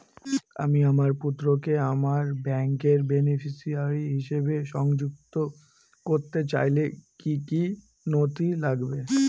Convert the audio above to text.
আমি আমার পুত্রকে আমার ব্যাংকের বেনিফিসিয়ারি হিসেবে সংযুক্ত করতে চাইলে কি কী নথি লাগবে?